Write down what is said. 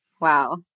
Wow